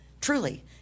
Truly